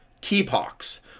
t-pox